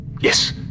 Yes